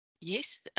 Yes